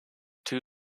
too